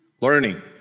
Learning